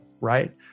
right